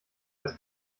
als